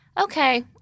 okay